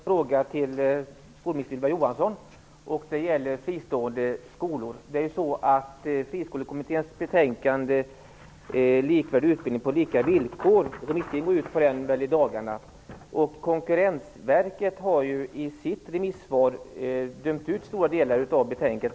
Fru talman! Jag har en fråga till skolminister Ylva Likvärdig utbildning på lika villkor går ut nu i dagarna. Konkurrensverket har i sitt remissvar dömt ut stora delar av betänkandet.